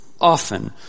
Often